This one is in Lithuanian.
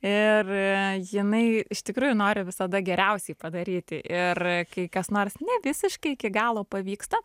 ir jinai iš tikrųjų nori visada geriausiai padaryti ir kai kas nors ne visiškai iki galo pavyksta